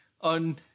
on